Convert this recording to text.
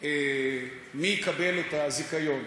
מי יקבל את הזיכיון.